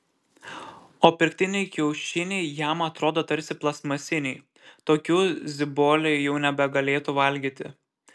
o pirktiniai kiaušiniai jam atrodo tarsi plastmasiniai tokių ziboliai jau nebegalėtų valgyti